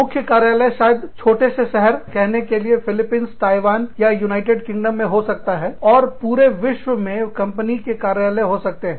मुख्य कार्यालय शायद छोटे से शहर कहने के लिए फिलीपींस ताइवान या यूनाइटेड किंगडम में हो सकता है और पूरे विश्व में कंपनी के कार्यालय हो सकते हैं